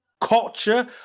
culture